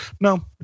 No